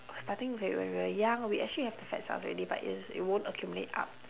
starting okay when we were young we actually have the fats cells already but it's it won't accumulate up